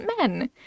men